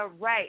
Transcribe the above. right